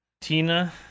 Tina